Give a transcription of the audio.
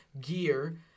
gear